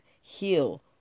heal